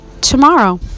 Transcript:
tomorrow